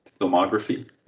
filmography